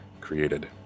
created